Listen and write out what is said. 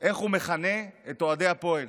איך הוא מכנה את אוהדי הפועל,